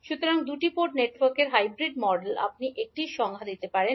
সুতরাং দুটি পোর্ট নেটওয়ার্কের হাইব্রিড মডেল আপনি এটির সংজ্ঞা দিতে পারেন